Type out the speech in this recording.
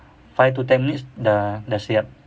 five to ten minutes dah siap